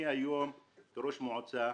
אני היום כראש מועצה,